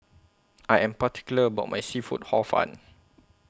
I Am particular about My Seafood Hor Fun